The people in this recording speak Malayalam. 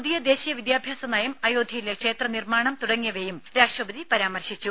പുതിയ ദേശീയ വിദ്യാഭ്യാസ നയം അയോധ്യയിലെ ക്ഷേത്ര നിർമ്മാണം തുടങ്ങിയവയും രാഷ്ട്രപതി പരാമർശിച്ചു